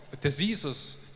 diseases